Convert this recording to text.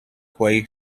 quay